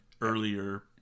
earlier